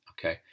Okay